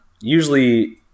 Usually